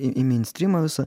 į meinstrymą visą